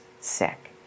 sick